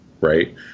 right